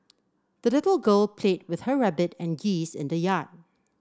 the little girl played with her rabbit and geese in the yard